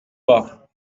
pas